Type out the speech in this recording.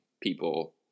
people